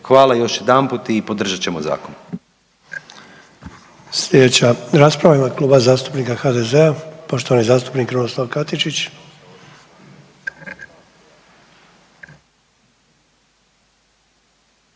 Hvala još jedanput i podržat ćemo zakon.